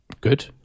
Good